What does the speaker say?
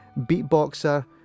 beatboxer